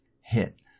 hit